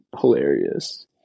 hilarious